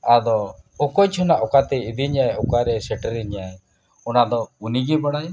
ᱟᱫᱚ ᱚᱠᱚᱭ ᱪᱚ ᱦᱟᱸᱜ ᱚᱠᱟ ᱛᱮᱭ ᱤᱫᱤᱧᱟᱭ ᱚᱠᱟᱨᱮ ᱥᱮᱴᱮᱨᱮᱧᱤᱭᱟᱭ ᱚᱱᱟᱫᱚ ᱩᱱᱤ ᱜᱮ ᱵᱟᱲᱟᱭᱟᱭ